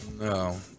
No